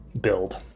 build